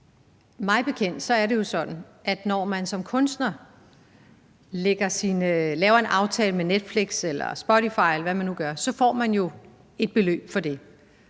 at når man som kunstner laver en aftale med Netflix eller Spotify, eller hvem det nu er,